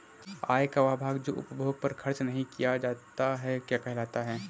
आय का वह भाग जो उपभोग पर खर्च नही किया जाता क्या कहलाता है?